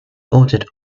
ordered